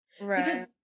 right